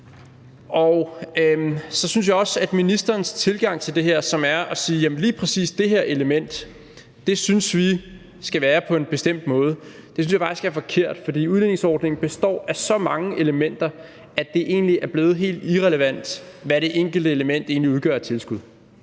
Så synes jeg også, at ministerens tilgang til det her, som er at sige, at lige præcis det her element synes vi skal være på en bestemt måde, er forkert. For udligningsordningen består af så mange elementer, at det er blevet helt irrelevant, hvad det enkelte element egentlig udgør af tilskud.